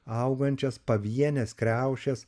augančias pavienes kriaušes